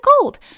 gold